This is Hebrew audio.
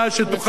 לסכם.